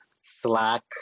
Slack